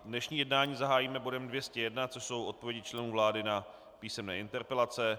Dnešní jednání zahájíme bodem 201, což jsou odpovědi členů vlády na písemné interpelace.